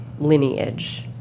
Lineage